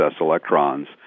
electrons